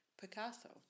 Picasso